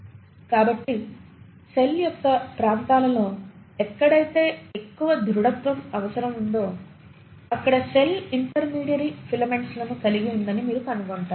కాబట్టి సెల్ యొక్క ప్రాంతాలలో ఎక్కడైతే ఎక్కువ దృఢత్వం అవసరం ఉందో అక్కడ సెల్ ఇంటర్మీడియరీ ఫిలమెంట్స్ లను కలిగి ఉందని మీరు కనుగొంటారు